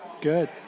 Good